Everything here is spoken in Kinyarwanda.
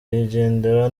yigendera